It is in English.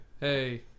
Hey